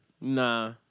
Nah